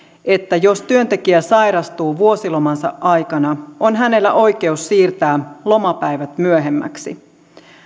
että jos työntekijä sairastuu vuosilomansa aikana on hänellä oikeus siirtää lomapäivät myöhemmäksi